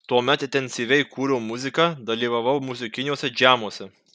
tuomet intensyviai kūriau muziką dalyvavau muzikiniuose džemuose